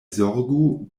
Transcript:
zorgu